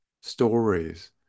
stories